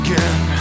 Again